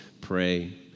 pray